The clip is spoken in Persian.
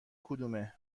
کدومه